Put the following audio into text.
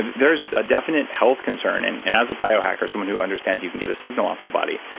there's a definite health concern. and and as a biohacker, someone who understands you can get a signal off the body,